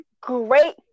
great